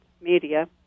media